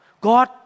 God